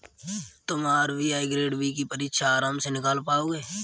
तुम RBI grade B की परीक्षा आराम से निकाल पाओगे